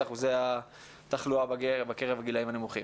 אחוזי התחלואה בקרב הגילאים הנמוכים.